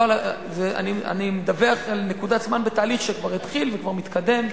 אני מדווח על נקודת זמן בתהליך שכבר התחיל וכבר מתקדם,